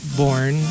born